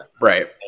Right